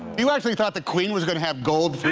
you actually thought the queen was gonna have gold